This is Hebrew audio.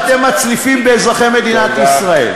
אתם מצליפים באזרחי מדינת ישראל.